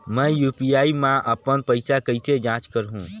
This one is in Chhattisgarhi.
मैं यू.पी.आई मा अपन पइसा कइसे जांच करहु?